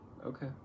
Okay